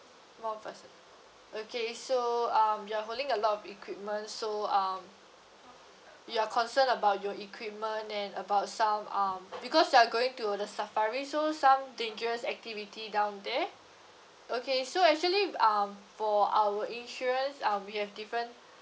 one person okay so um you're holding a lot of equipment so um you are concerned about your equipment and about some um because you are going to the safari so some dangerous activity down there okay so actually um for our insurance um we have different